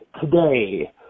today